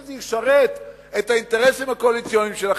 אם זה ישרת את האינטרסים הקואליציוניים שלכם,